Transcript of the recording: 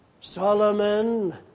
Solomon